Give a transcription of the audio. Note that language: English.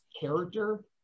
character